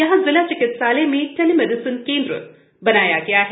यहां जिला चिकित्सालय में टेलीमेडिसिन केन्द्र बनाया गया है